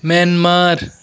Myanmar